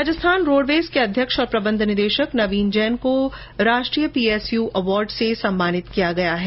Rajasthan roadways के अध्यक्ष और प्रबंध निदेशक नवीन जैन को राष्ट्रीय पीएसयू अवार्ड से सम्मानित किया गया है